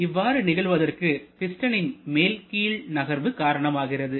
இவ்வாறு நிகழ்வதற்கு பிஸ்டனின் மேல் கீழ் நகர்வு காரணமாகிறது